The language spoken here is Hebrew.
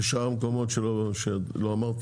ושאר המקומות שלא אמרת?